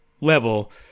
level